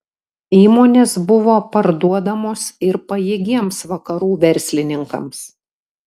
įmonės buvo parduodamos ir pajėgiems vakarų verslininkams